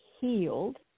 healed